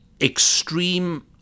extreme